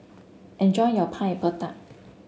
enjoy your Pineapple Tart